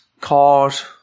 cars